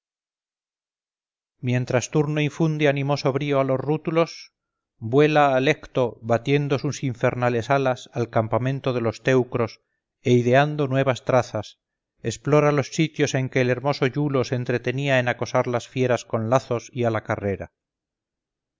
mientras turno infunde animoso brío a los rútulos vuela alecto batiendo sus infernales alas al campamento de los teucros e ideando nuevas trazas explora los sitios en que el hermoso iulo se entretenía en acosar las fieras con lazos y a la carrera